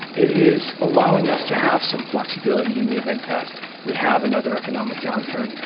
it is allowing us to have some flexibility in the event that we have another economic downturn.